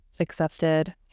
accepted